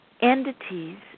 entities